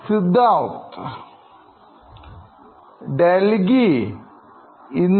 Siddharth Delhi India